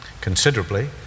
considerably